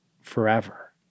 forever